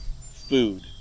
food